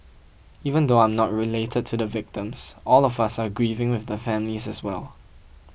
even though I am not related to the victims all of us are grieving with the families as well